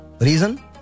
Reason